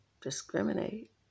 discriminate